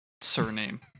surname